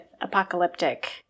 apocalyptic